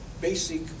basic